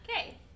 Okay